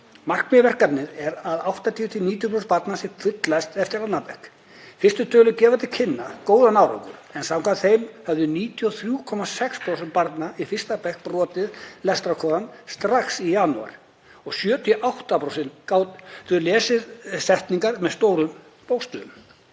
Markmið verkefnisins er að 80–90% barna séu fulllæs eftir 2. bekk. Fyrstu tölur gefa til kynna góðan árangur en samkvæmt þeim höfðu 93,6% barna í 1. bekk brotið lestrarkóðann strax í janúar og 78% gátu lesið setningar með stórum bókstöfum.